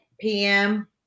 PM